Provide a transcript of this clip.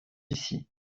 ici